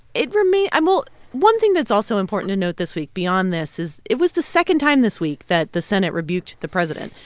it for me, i'm all one thing that's also important to note this week beyond this is it was the second time this week that the senate rebuked the president.